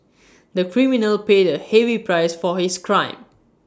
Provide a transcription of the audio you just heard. the criminal paid A heavy prices for his crime